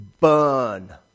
burn